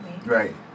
Right